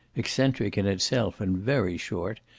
eccentric in itself and very short,